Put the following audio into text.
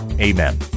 Amen